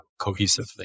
cohesively